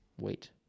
Wait